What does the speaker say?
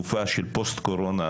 בתקופה של פוסט קורונה,